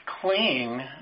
clean